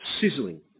sizzling